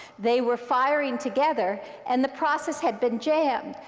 they were firing together. and the process had been jammed.